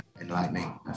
enlightening